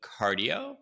cardio